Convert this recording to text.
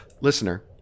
listener